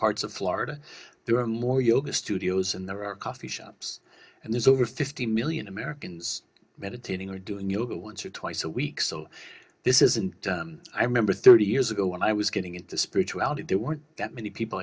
parts of florida there are more yoga studios and there are coffee shops and there's over fifty million americans meditating or doing yoga once or twice a week so this is and i remember thirty years ago when i was getting into spirituality there weren't that many people